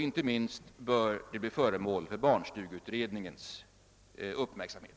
Inte minst bör den bli föremål för barnstugeutredning :ens uppmärksamhet.